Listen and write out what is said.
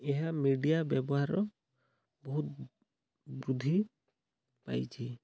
ଏହା ମିଡ଼ିଆ ବ୍ୟବହାର ବହୁତ ବୃଦ୍ଧି ପାଇଛି